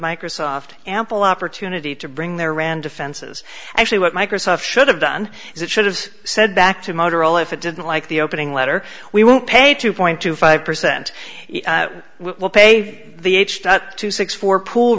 microsoft ample opportunity to bring their ran defenses actually what microsoft should have done is it should have said back to motorola if it didn't like the opening letter we won't pay two point two five percent we will pay the h two six for pool